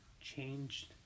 changed